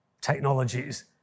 technologies